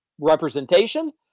representation